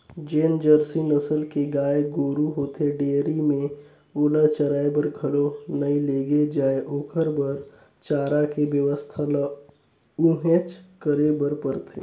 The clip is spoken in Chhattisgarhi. जेन जरसी नसल के गाय गोरु होथे डेयरी में ओला चराये बर घलो नइ लेगे जाय ओखर बर चारा के बेवस्था ल उहेंच करे बर परथे